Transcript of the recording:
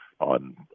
on